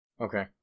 Okay